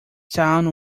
town